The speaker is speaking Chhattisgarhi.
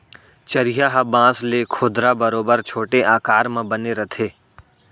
चरिहा ह बांस ले खोदरा बरोबर छोटे आकार म बने रथे